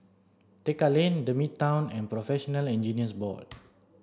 Tekka Lane the Midtown and Professional Engineers Board